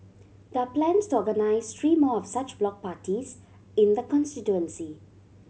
there are plans to organise three more of such block parties in the constituency